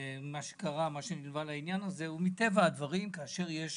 מה שנלווה לעניין הזה הוא שמטבע הדברים כאשר יש